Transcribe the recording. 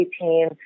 team